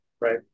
Right